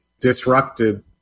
disrupted